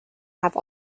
have